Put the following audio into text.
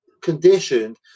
conditioned